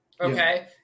okay